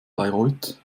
bayreuth